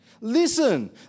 Listen